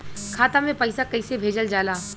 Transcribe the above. खाता में पैसा कैसे भेजल जाला?